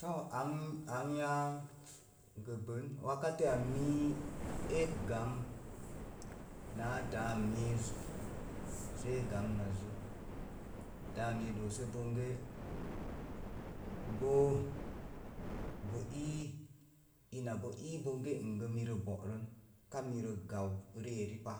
Too ang yáá. gəbən wakatəya mii é gamn náá dáá miiz sə é gamnazzə. Dáá miiz doosə bonge, boo bo ii ina bo iin gə mirə bo'ron, ka mirə gau rieri pa.